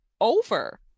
over